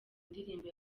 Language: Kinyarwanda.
ndirimbo